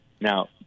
Now